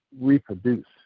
reproduce